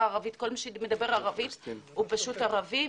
כל מי שמדבר ערבית הוא פשוט ערבי.